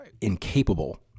incapable